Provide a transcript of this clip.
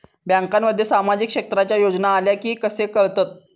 बँकांमध्ये सामाजिक क्षेत्रांच्या योजना आल्या की कसे कळतत?